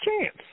chance